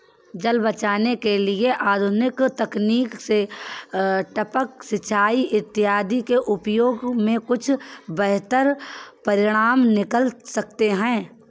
जल को बचाने के लिए आधुनिक तकनीक से टपक सिंचाई इत्यादि के प्रयोग से कुछ बेहतर परिणाम निकल सकते हैं